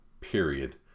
period